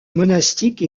monastique